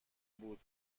بود